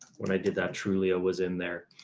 when i did that, trulia was in there.